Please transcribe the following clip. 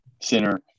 center